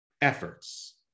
efforts